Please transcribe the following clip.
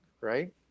right